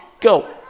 Go